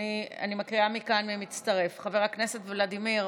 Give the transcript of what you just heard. אני מקריאה מכאן מי מצטרף: חבר הכנסת ולדימיר,